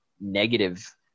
negative